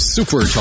Super